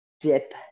dip